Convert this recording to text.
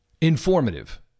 Informative